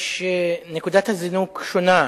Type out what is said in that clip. נקודת הזינוק שונה